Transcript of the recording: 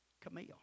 Camille